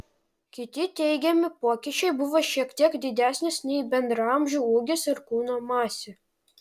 kiti teigiami pokyčiai buvo šiek tiek didesnis nei bendraamžių ūgis ir kūno masė